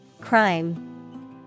Crime